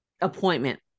appointment